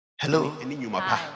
Hello